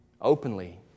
Openly